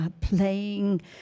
playing